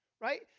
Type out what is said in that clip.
right